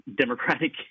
Democratic